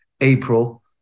April